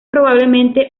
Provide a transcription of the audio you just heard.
probablemente